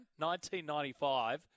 1995